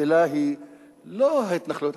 השאלה היא לא ההתנחלויות.